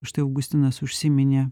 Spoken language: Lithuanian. štai augustinas užsiminė